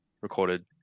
recorded